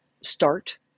start